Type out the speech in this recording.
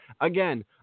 Again